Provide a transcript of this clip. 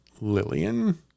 Lillian